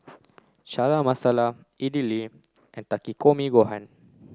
Chana Masala Idili and Takikomi Gohan